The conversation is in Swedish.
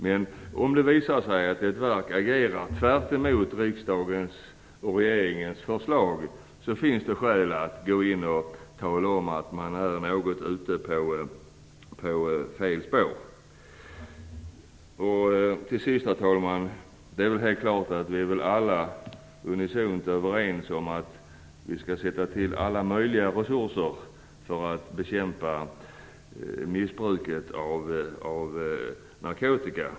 Men om det visar sig att ett verk agerar tvärtemot riksdagens och regeringens förslag, så finns det skäl att tala om att man är ute på fel spår. Till sist, herr talman, är vi väl alla överens om att vi skall sätta till alla resurser för att bekämpa missbruket av narkotika.